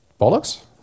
bollocks